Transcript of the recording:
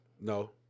No